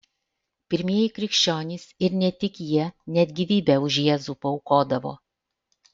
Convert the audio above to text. pirmieji krikščionys ir ne tik jie net gyvybę už jėzų paaukodavo